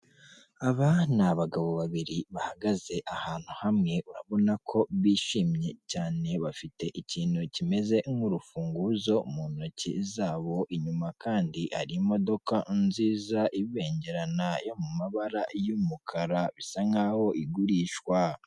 Aba, ni abagabo babiri bahagaze ahantu hamwe urabona ko bishimye cyane, bafite ikintu kimeze nkurufunguzo mu ntoki zabo, inyuma kandi hari imodoka nziza ibengerana yo mu mabara y'umukara bisa nkaho igurishwa.